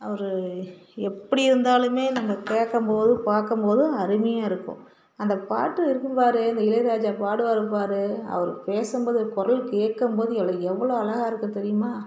அவர் எப்படி இருந்தாலுமே நம்ம கேட்கம்போதும் பார்க்கம்போதும் அருமையாக இருக்கும் அந்த பாட்டு இருக்கும்பார் இந்த இளையராஜா பாடுவார் பார் அவர் பேசும்போது குரல் கேட்டுகம்போது எவ்வளோ எவ்வளோ அழகாக இருக்கும் தெரியுமா